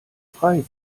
frei